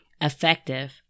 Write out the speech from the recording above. effective